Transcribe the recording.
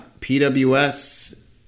PWS